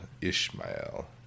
Ishmael